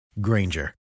Granger